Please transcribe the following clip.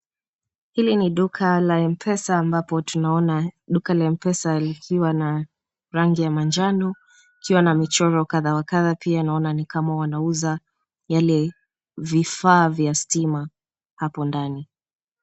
Hili ni duka la Mpesa ambapo tunaona duka la Mpesa likiwa na rangi ya manjano ikiwa na michoro kadha wa kadha. Pia naona nikama wanauza yale vifaa vya stima hapo ndani.